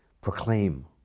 proclaim